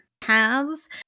paths